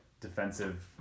Defensive